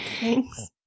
Thanks